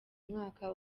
mwaka